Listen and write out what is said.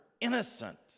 innocent